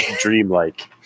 Dreamlike